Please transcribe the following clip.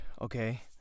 okay